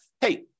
hey